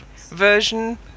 version